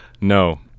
No